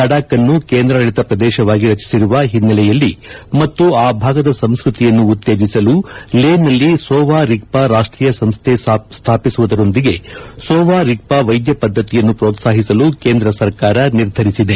ಲಡಾಕ್ಅನ್ನು ಕೇಂದ್ರಾಡಳಿತ ಪ್ರದೇಶವಾಗಿ ರಚಿಸಿರುವ ಹಿನ್ನೆಲೆಯಲ್ಲಿ ಮತ್ತು ಆ ಭಾಗದ ಸಂಸ್ಕೃತಿಯನ್ನು ಉತ್ತೇಜಿಸಲು ಲೇನಲ್ಲಿ ಸೋವಾ ರಿಗ್ವಾ ರಾಷ್ಟೀಯ ಸಂಸ್ಥೆ ಸ್ಥಾಪಿಸುವುದರೊಂದಿಗೆ ಸೋವಾ ರಿಗ್ವಾ ವೈದ್ಯ ಪದ್ಧತಿಯನ್ನು ಪ್ರೋತ್ಸಾಹಿಸಲು ಕೇಂದ್ರ ಸರ್ಕಾರ ನಿರ್ಧರಿಸಿದೆ